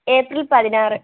April പതിനാറ്